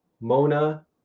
Mona